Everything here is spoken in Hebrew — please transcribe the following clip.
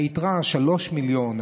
היתרה 3 מיליון,